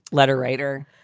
letter writer.